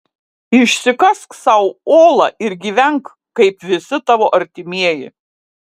išsikask sau olą ir gyvenk kaip visi tavo artimieji